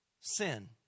Sin